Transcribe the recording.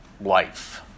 Life